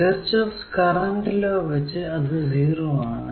Kirchhoff's current law വച്ച് അത് 0 ആണ്